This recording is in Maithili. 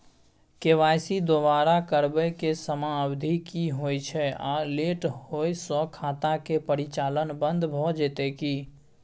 के.वाई.सी दोबारा करबै के समयावधि की होय छै आ लेट होय स खाता के परिचालन बन्द भ जेतै की?